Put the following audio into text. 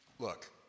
Look